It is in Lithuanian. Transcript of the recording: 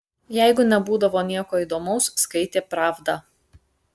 jeigu nebūdavo nieko įdomaus skaitė pravdą